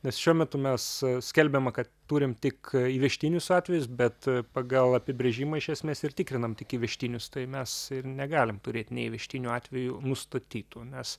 nes šiuo metu mes skelbiama kad turim tik įvežtinius atvejus bet pagal apibrėžimą iš esmės ir tikrinam tik įvežtinius tai mes ir negalim turėt neįvežtinių atvejų nustatytų nes